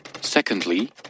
Secondly